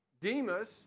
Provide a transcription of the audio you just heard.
Demas